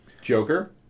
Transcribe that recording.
Joker